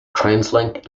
translink